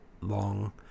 long